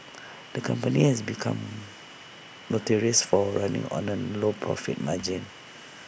the company has become notorious for running on A low profit margin